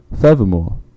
Furthermore